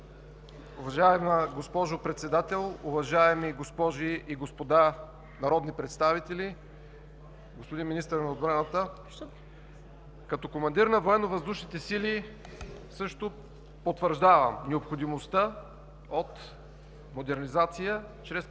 Уважаема госпожо Председател, уважаеми госпожи и господа народни представители, господин Министър на отбраната! Като командир на ВВС също потвърждавам необходимостта от модернизация чрез придобиване